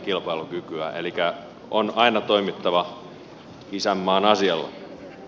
elikkä on aina toimittava isänmaan asialla